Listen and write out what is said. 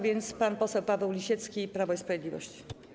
Więc pan poseł Paweł Lisiecki, Prawo i Sprawiedliwość.